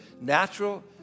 natural